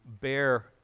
bear